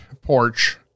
porch